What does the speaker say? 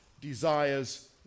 desires